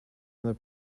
under